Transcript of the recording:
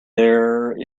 there